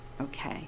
Okay